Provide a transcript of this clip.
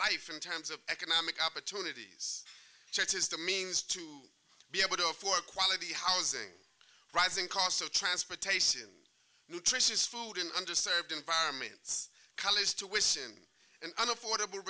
life in terms of economic opportunities church is the means to be able to afford quality housing rising cost of transportation nutritious food in under served environments college tuition and affordable